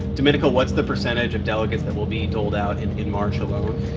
domenico, what's the percentage of delegates that will be doled out in in march alone?